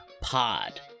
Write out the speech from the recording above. Pod